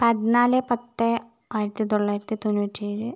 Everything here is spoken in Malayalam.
പതിനാല് പത്തെ ആയിരത്തി തൊള്ളായിരത്തി തൊണ്ണൂറ്റേഴ്